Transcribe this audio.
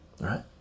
right